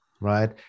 right